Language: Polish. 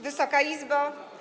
Wysoka Izbo!